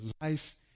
life